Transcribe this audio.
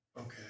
Okay